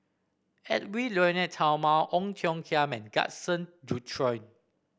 Edwy Lyonet Talma Ong Tiong Khiam and Gaston Dutronquoy